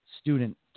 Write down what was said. student